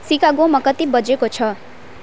सिकागोमा कति बजेको छ